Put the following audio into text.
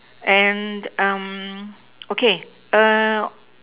and um okay err